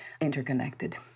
interconnected